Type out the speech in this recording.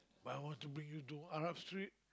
but I want to bring you to Arab Street